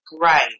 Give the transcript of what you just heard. Right